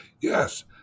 Yes